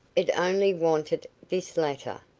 it only wanted this latter,